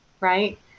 right